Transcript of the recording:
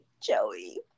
Joey